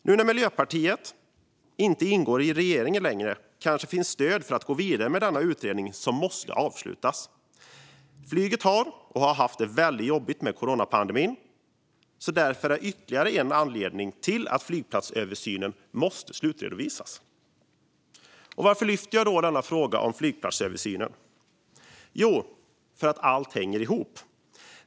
Nu när Miljöpartiet inte längre ingår i regeringen kanske det finns stöd för att gå vidare med denna utredning, som måste avslutas. Flyget har och har haft det väldigt jobbigt med coronapandemin, vilket är ytterligare en anledning till att flygplatsöversynen måste slutredovisas. Varför lyfter jag då fram frågan om flygplatsöversynen? Jo, för att allt hänger ihop.